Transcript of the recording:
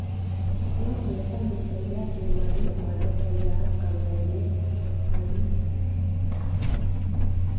तु केतन रुपया के मनी आर्डर तैयार करवैले हहिं?